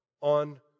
on